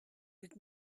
with